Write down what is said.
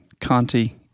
Conti